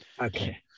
Okay